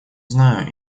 знаю